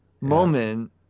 moment